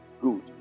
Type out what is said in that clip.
Good